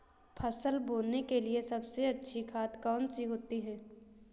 फसल बोने के लिए सबसे अच्छी खाद कौन सी होती है?